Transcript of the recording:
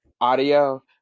audio